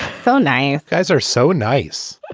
so nice guys are so nice.